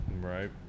Right